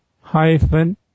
hyphen